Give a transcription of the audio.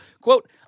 quote